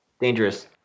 Dangerous